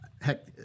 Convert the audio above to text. heck